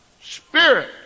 spirit